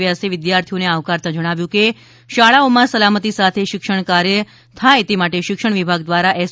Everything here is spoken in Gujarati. વ્યાસે વિદ્યાર્થીઓને આવકારતા જણાવ્યું હતું કે શાળાઓમાં સલામતી સાથે શિક્ષણ કાર્ય થાય તે માટે શિક્ષણ વિભાગ દ્વારા એસ